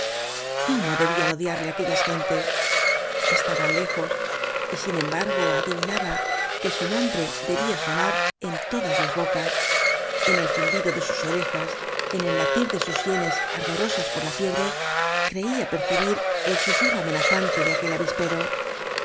cómo debían odiarle aquellas gentes estaban lejos y sin embargo adivinaba que su nombre debía sonar en todas las bocas en el zumbido de sus orejas en el latir de sus sienes ardorosas por la fiebre creía percibir el susurro arnenazante de aquel avispero